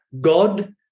God